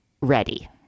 ready